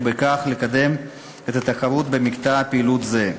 ובכך לקדם את התחרות במקטע פעילות זה.